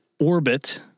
orbit